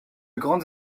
grandes